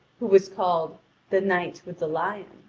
who was called the knight with the lion